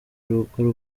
rugo